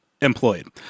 Employed